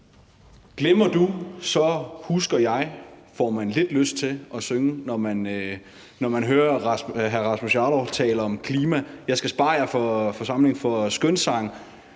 Glemmer du, så husker jeg, får man lidt lyst til at synge, når man hører hr. Rasmus Jarlovs tale om klima. Jeg skal spare forsamlingen for skønsang,